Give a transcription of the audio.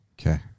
Okay